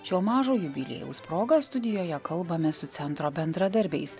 šio mažo jubiliejaus proga studijoje kalbame su centro bendradarbiais